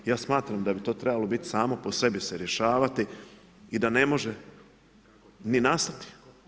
Ja smatram da bi to trebalo biti samo po sebi se rješavati i da ne može ni nastati.